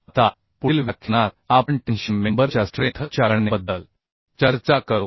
आता पुढील व्याख्यानात आपण टेन्शन मेंबर च्या स्ट्रेंथ च्या गणनेबद्दल चर्चा करू